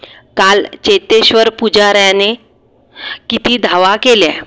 काल चेतेश्वर पुजाऱ्याने किती धावा केल्या